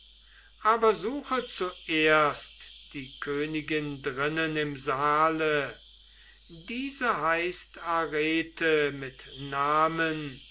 aber suche zuerst die königin drinnen im saale diese heißt arete mit namen